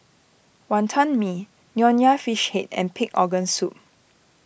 Wonton Mee Nonya Fish Head and Pig's Organ Soup